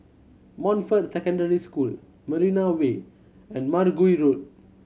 Montfort Secondary School Marina Way and Mergui Road